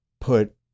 put